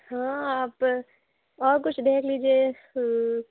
ہاں آپ اور کچھ دیکھ لیجیے